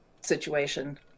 situation